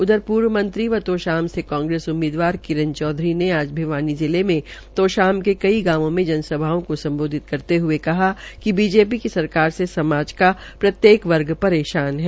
उधर पूर्व मंत्री व तोशाम से कांग्रेस उममीदवार किरण चौधरी ने आज भिवानी जिले के तोशाम के कई गांवों में जनसभाओं का सम्बोधित करते हये कहा कि बीजेपी की सरकार से समाज का प्रत्येक वर्ग परेशान है